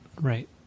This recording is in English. right